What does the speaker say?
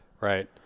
Right